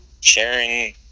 Sharing